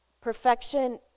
perfection